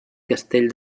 castell